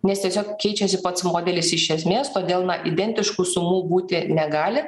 nes tiesiog keičiasi pats modelis iš esmės todėl na identiškų sumų būti negali